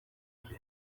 bwe